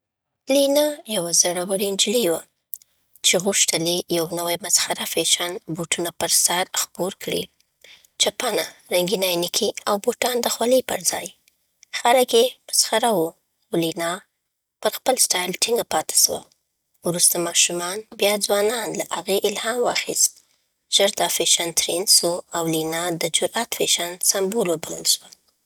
ینا یوه زړه‌وره نجلۍ وه چې غوښتل یې یو نوی، مسخره فیشن “بوټونه پر سر” خپور کړي. چپنه، رنګین عینکې، او بوټان د خولۍ پر ځای! خلک یې مسخروو، خو لینا پر خپل سټایل ټینګه پاتې سوه. وروسته ماشومان، بیا ځوانان، له هغې الهام واخیست. ژر دا فیشن تریند سو، او لینا د “جرئت فیشن” سمبول وبلل سوه.